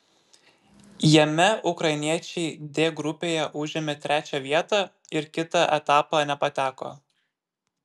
jame ukrainiečiai d grupėje užėmė trečią vietą ir kitą etapą nepateko